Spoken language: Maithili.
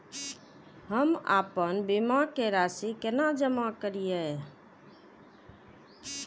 हम आपन बीमा के राशि केना जमा करिए?